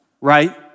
right